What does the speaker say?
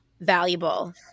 valuable